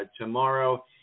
tomorrow